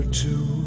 two